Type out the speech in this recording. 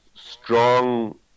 Strong